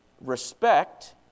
respect